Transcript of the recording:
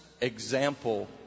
Example